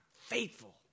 faithful